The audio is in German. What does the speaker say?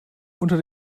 unter